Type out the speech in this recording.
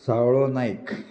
Savlo Naik